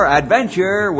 adventure